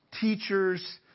teachers